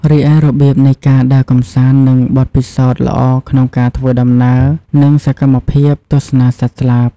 រីឯ របៀបនៃការដើរកម្សាន្តនិងបទពិសោធន៍ល្អក្នុងការធ្វើដំណើរនិងសកម្មភាពទស្សនាសត្វស្លាប។